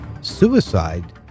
suicide